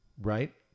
right